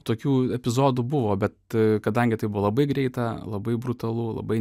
tokių epizodų buvo bet kadangi tai buvo labai greita labai brutalu labai